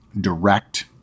direct